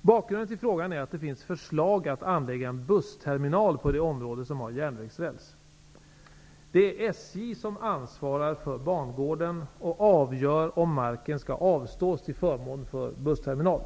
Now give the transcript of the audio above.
Bakgrunden till frågan är att det finns förslag att anlägga en bussterminal på det område som har järnvägsräls. Det är SJ som ansvarar för bangården och avgör om marken skall avstås till förmån för en bussterminal.